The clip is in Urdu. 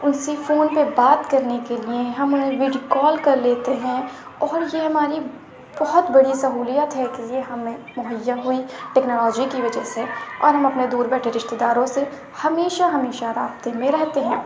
ان سے فون پہ بات کرنے کے لیے ہم انہیں ویڈیو کال کر لیتے ہیں اور یہ ہماری بہت بڑی سہولیت ہے کہ یہ ہمیں مہیا ہوئی ٹیکنالوجی کی وجہ سے اور ہم اپنے دور بیٹھے رشتہ داروں سے ہمیشہ ہمیشہ رابطہ میں رہتے ہیں